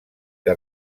que